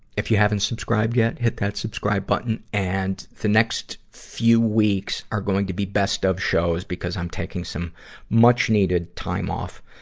if you haven't subscribed yet, hit that subscribe button. and the next few weeks are going to be best-of shows because i'm taking some much needed time off.